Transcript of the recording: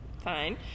Fine